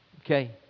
Okay